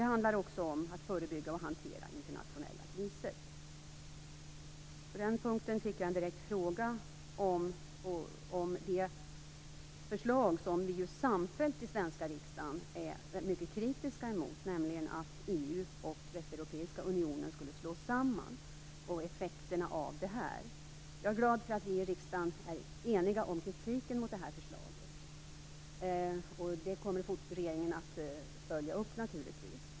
Det handlar också om att förebygga och hantera internationella kriser. På den punkten fick jag en direkt fråga om det förslag som vi samfällt i den svenska riksdagen är mycket kritiska emot, nämligen att EU och Västeuropeiska unionen skulle slås samman, och effekterna av detta. Jag är glad för att vi i riksdagen är eniga om kritiken mot det här förslaget. Regeringen kommer att följa upp detta.